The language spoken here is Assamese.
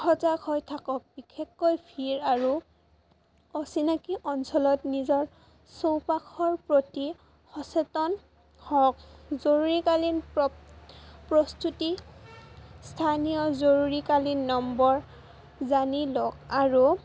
সজাগ হৈ থাকক বিশেষকৈ ভিৰ আৰু অচিনাকী অঞ্চলত নিজৰ চৌপাশৰ প্ৰতি সচেতন হওক জৰুৰীকালীন প্ৰস্তুতি স্থানীয় জৰুৰীকালীন নম্বৰ জানি লওক আৰু